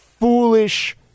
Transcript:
foolish